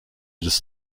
des